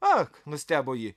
ak nustebo ji